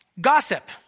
Gossip